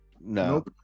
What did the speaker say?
No